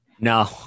No